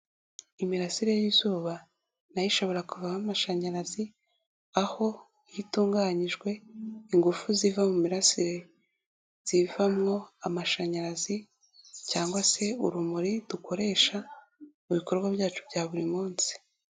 Imirasire y'izuba nayo ishobora kuvamo amashanyarazi aho itunganyijwe ingufu ziva mu mirasire zivamo amashanyarazi cyangwa se urumuri dukoresha mu bikorwa byacu bya buri munsi.